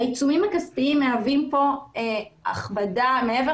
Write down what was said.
העיצומים הכספיים מהווים כאן הכבדה ומעבר